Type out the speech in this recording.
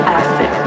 acid